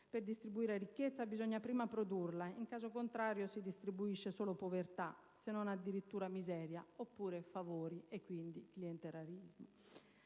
Per distribuire ricchezza, bisogna prima produrla; in caso contrario si distribuisce solo povertà, se non, addirittura, miseria oppure favori e quindi clientelismo.